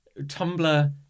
Tumblr